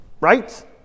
Right